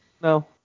No